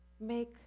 Make